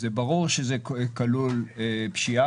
אז זה ברור שזה כלול פשיעה,